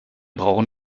brauchen